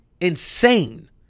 insane